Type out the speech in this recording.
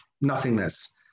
nothingness